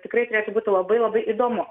tikrai turėtų būti labai labai įdomu